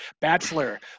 bachelor